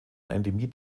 endemit